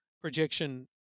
projection